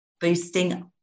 boosting